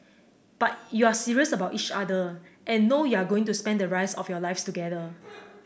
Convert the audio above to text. but you're serious about each other and know you're going to spend the rest of your lives together